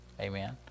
Amen